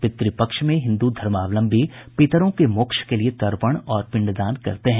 पितृपक्ष में हिन्दू धर्मावलंबी पितरों के मोक्ष के लिये तर्पण और पिंडदान करते हैं